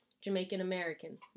Jamaican-American